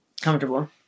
Comfortable